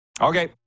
Okay